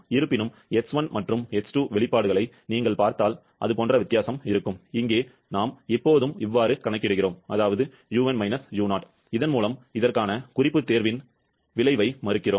இருப்பினும் X1 மற்றும் X2 வெளிப்பாடுகளை நீங்கள் பார்த்தால் போன்ற வித்தியாசம் இங்கே நாம் எப்போதும் கணக்கிடுகிறோம் u1 - u0 இதன் மூலம் இதற்கான குறிப்பு தேர்வின் விளைவை மறுக்கிறோம்